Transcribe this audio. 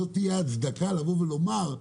זאת תהיה הצדקה לומר,